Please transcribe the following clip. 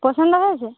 পছন্দ হয়েছে